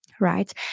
Right